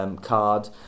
card